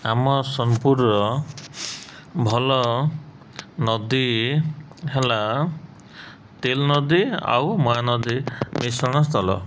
ଆମ ସୋନପୁରର ଭଲ ନଦୀ ହେଲା ତିଲ ନଦୀ ଆଉ ମହାନଦୀ ମିଶ୍ରଣ ସ୍ଥଳ